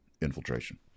Infiltration